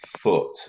foot